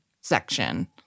section